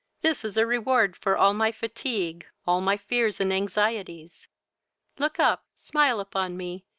this is a reward for all my fatigue, all my fears and anxieties look up, smile upon me,